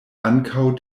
ankaŭ